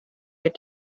get